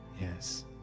yes